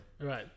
right